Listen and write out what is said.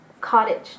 cottage